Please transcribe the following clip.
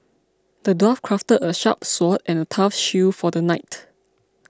the dwarf crafted a sharp sword and a tough shield for the knight